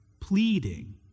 pleading